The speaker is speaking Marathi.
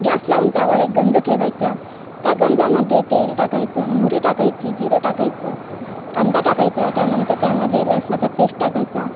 गॅस लावून त्यावर एक गंजं ठेवायचा त्या गंजामध्ये तेल टाकायचं मोहरी टाकायची जिरं टाकायचं कांदा टाकायचा त्यानंतर त्यामध्ये लसणाचा पेस्ट टाकायचा